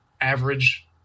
average